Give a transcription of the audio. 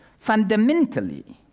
fundamentally,